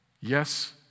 Yes